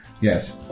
Yes